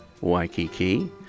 Waikiki